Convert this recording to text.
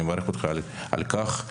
אני מברך אותך על כך,